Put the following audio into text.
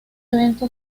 evento